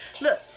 Look